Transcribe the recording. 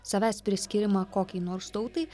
savęs priskyrimą kokiai nors tautai